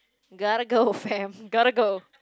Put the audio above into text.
gotta go fam gotta go